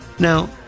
Now